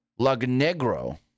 Lagnegro